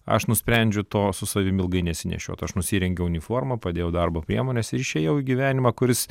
aš nusprendžiu to su savimi ilgai nesinešioti aš nusirengiau uniformą padėjau darbo priemones ir išėjau į gyvenimą kuris